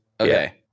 Okay